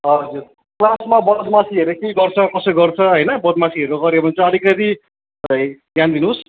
हजुर क्लासमा बदमासीहरू केही गर्छ कसो गर्छ होइन बदमासीहरू गर्यो भने चाहिँ अलिकति है ध्यान दिनुहोस्